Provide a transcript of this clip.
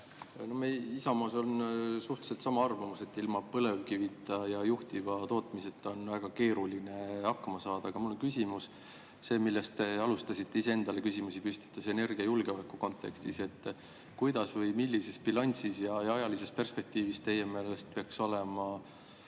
Meil Isamaas on suhteliselt sama arvamus, et ilma põlevkivita ja juhtiva tootmiseta on väga keeruline hakkama saada. Aga mul on küsimus selle kohta, millest te alustasite ise endale küsimusi püstitades energiajulgeoleku kontekstis. Kuidas või millises bilansis ja ajalises perspektiivis teie meelest peaks olema